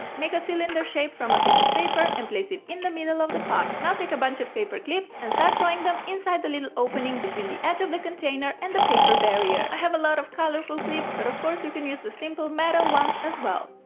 make a cylinder shape from a piece of paper and place it in the middle of the pot. now take a bunch of paper clips and start throwing them inside the little opening between the edge of the container and the paper barrier. i have a lot of colorful clips but of course you can use the simple metal ones as well.